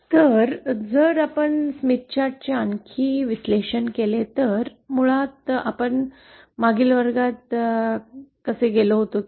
आता जर आपण स्मिथ चार्टचे आणखी विश्लेषण केले तर मुळात आपण मागील वर्गात कसे गेलो होतो